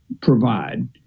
provide